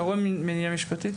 אתה רואה מניעה משפטית?